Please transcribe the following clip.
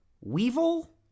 Weevil